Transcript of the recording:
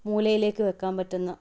മൂലയിലേക്ക് വെക്കാൻ പറ്റുന്ന